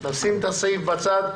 לשים את הסעיף בצד.